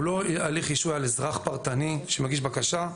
הוא לא הליך רישוי לאזרח פרטני שמגיש בקשה,